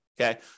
Okay